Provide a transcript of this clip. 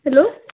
hello